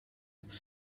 and